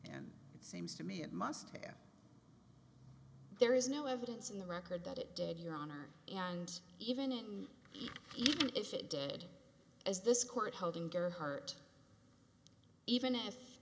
role it seems to me it must have there is no evidence in the record that it did your honor and even and even if it did as this court holding gerhart even if